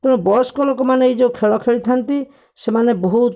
ତେଣୁ ବୟସ୍କ ଲୋକମାନେ ଏଇଯୋଉ ଖେଳ ଖେଳିଥାନ୍ତି ସେମାନେ ବହୁତ